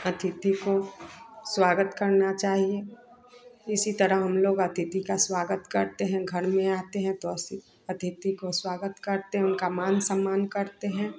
अतिथि को स्वागत करना चाहिए इसी तरह हम लोग अतिथि का स्वागत करते हैं घर में आते हैं तो अतिथि को स्वागत करते हैं उनका मान सम्मान करते हैं